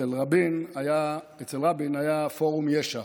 אצל רבין היה פורום יש"ע.